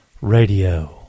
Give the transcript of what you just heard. Radio